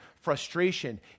frustration